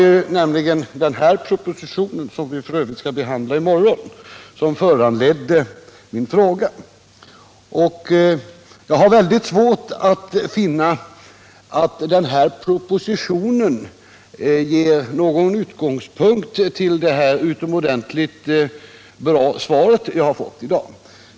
Det var = vissa delar av nämligen propositionen 110 — som vi f.ö. skall behandla i morgon -= Europaväg 6 som föranledde min fråga. Jag har väldigt svårt att finna att propositionen ger någon utgångspunkt för det utomordenligt bra svar som jag fått i dag.